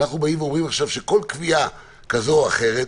אנחנו אומרים עכשיו שכל קביעה כזו או אחרת,